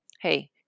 hey